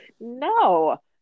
no